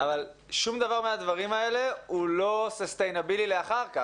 אבל שום דבר מהדברים האלה הוא לא sustainable לאחר כך.